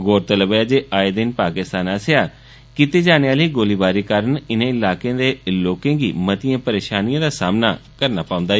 गौरतलब ऐ जे आए दिन पाकिस्तान आस्सेया कीती जाने आहली गोलीबारी कारण इनें इलाकें दे लोकें गी मतियें परेशानियें दा सामना करने पौंदा ऐ